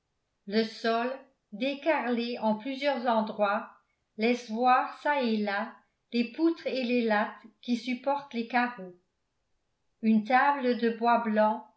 le sol décarrelé en plusieurs endroits laisse voir çà et là les poutres et les lattes qui supportent les carreaux une table de bois blanc